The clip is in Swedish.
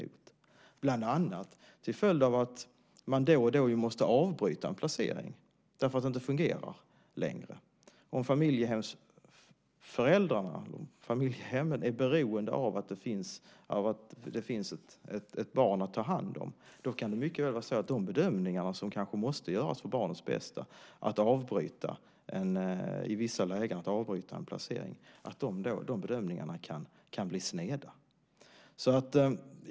Detta är bland annat en följd av att man då och då måste avbryta en placering för att den inte längre fungerar. Om man i familjehemmen är beroende av att det finns ett barn att ta hand om kan det mycket väl bli så att de bedömningar som görs för barnens bästa i vissa lägen kanske måste göras om för att avbryta en placering kan bli sneda.